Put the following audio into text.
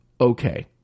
okay